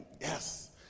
yes